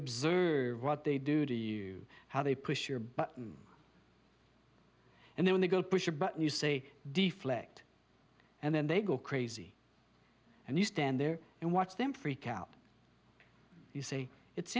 observe what they do to you how they push your buttons and then they go push a button you say deflect and then they go crazy and you stand there and watch them freak out you say it's